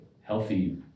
healthy